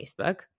Facebook